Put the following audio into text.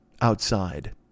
outside